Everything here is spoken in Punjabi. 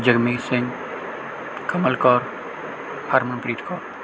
ਜਗਮੀਤ ਸਿੰਘ ਕਮਲ ਕੌਰ ਹਰਮਨਪ੍ਰੀਤ ਕੌਰ